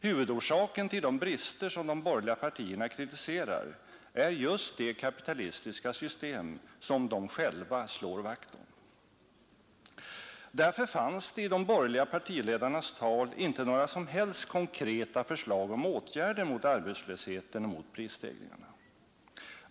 Huvudorsaken till de brister som de borgerliga partierna kritiserar är just det kapitalistiska system som de själva slår vakt om. Därför fanns det i de borgerliga partiledarnas tal inte några som helst konkreta förslag om åtgärder mot arbetslösheten och mot prisstegringarna.